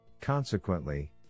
Consequently